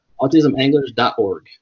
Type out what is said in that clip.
Autismanglers.org